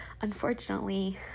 unfortunately